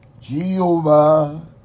Jehovah